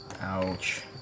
Ouch